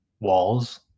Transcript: walls